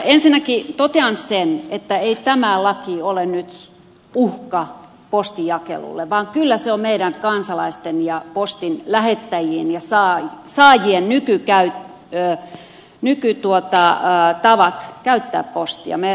ensinnäkin totean sen että ei tämä laki ole nyt uhka postinjakelulle vaan kyllä se on meidän kansalaisten ja postin lähettäjien ja saajien nykytavat käyttää postia